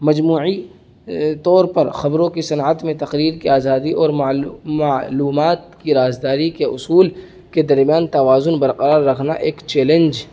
مجموعی طور پر خبروں کی صنعت میں تقریر کی آزادی اور معلوم معلومات کی رازداری کے اصول کے درمیان توازن برقرار رکھنا ایک چیلنج